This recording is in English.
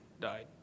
died